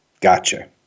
Gotcha